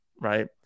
right